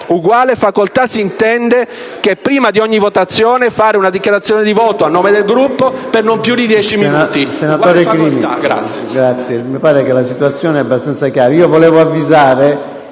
uguale facoltà si intende che prima di ogni votazione si può svolgere una dichiarazione di voto a nome del Gruppo per non più di dieci minuti.